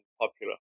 popular